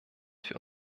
für